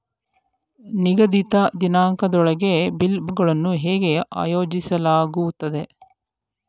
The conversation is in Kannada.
ನಿಗದಿತ ದಿನಾಂಕದೊಳಗೆ ಬಿಲ್ ಗಳನ್ನು ಹೇಗೆ ಆಯೋಜಿಸಲಾಗುತ್ತದೆ?